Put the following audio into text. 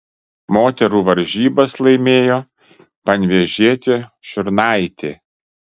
moterų varžybas laimėjo panevėžietė šiurnaitė